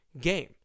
Game